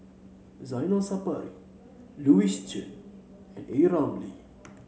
Zainal Sapari Louis Chen and A Ramli